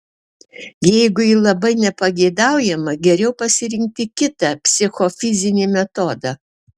jeigu ji labai nepageidaujama geriau pasirinkti kitą psichofizinį metodą